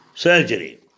surgery